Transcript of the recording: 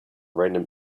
random